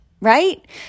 right